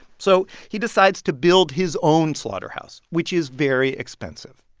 so he decides to build his own slaughterhouse, which is very expensive.